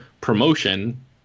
promotion